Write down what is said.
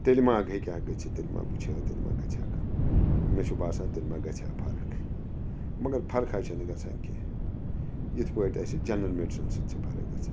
تیٚلہِ ما ہیٚکہِ ہا گٔژھتھ تیلہِ ما وِٕچھ ہہ تیٚلہِ ما گژھِ ہہ کانٛہہ مےٚ چھُ باسان تیلہِ ما گژھِ ہا فرق مگر فرقہ چھِنہٕ گژھان کیٚنٛہہ یِتھ پٲٹھۍ اَسہِ جَنرَل میڈِسَن سۭتۍ چھِ فرق گژھان